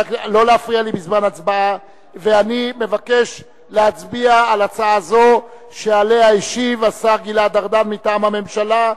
אני מבקש להצביע על הצעה זו שעליה השיב השר גלעד ארדן מטעם הממשלה.